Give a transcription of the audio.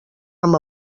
amb